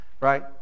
right